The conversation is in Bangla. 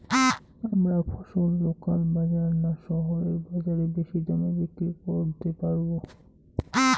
আমরা ফসল লোকাল বাজার না শহরের বাজারে বেশি দামে বিক্রি করতে পারবো?